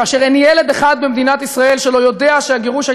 כאשר אין ילד אחד במדינת ישראל שלא יודע שהגירוש היה